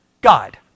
God